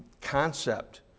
concept